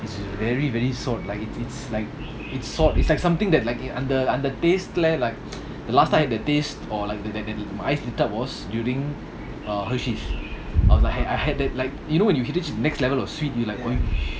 it's very very salt like it it's like it's salt it's like something that like the under under taste leh like the last time the taste or like that that I fitted was during hershey's I was I had that like you know when you hit this next level of sweet you like want to sh~